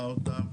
בחנה אותן.